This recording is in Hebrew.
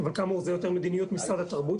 זה כאמור יותר מדיניות משרד התרבות,